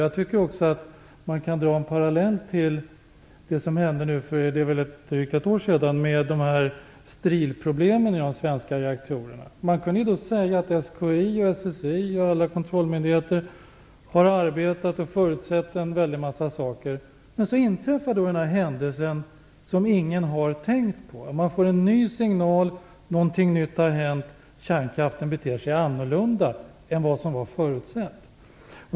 Jag tycker också att man kan dra en parellell till det som hände för drygt ett år sedan: strilproblemen i de svenska reaktorerna. SKI och SSI och alla kontrollmyndigheter har arbetat och förutsett en väldig massa saker, men så inträffar en händelse som ingen har tänkt på. Man får en ny signal. Någonting nytt har hänt. Kärnkraften beter sig annorlunda än vad som var förutsett.